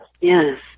Yes